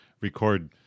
record